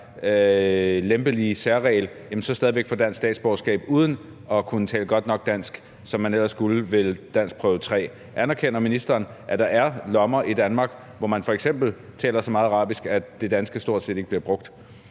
lempelige særregel kan få dansk statsborgerskab uden at kunne tale godt nok dansk, som man ellers skulle ved danskprøve 3. Anerkender ministeren, at der er lommer i Danmark, hvor man f.eks. taler så meget arabisk, at det danske stort set ikke bliver brugt?